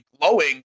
glowing